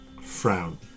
frown